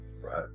Right